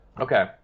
Okay